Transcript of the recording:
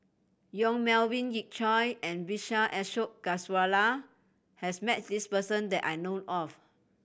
Yong Melvin Yik Chye and Vijesh Ashok Ghariwala has met this person that I know of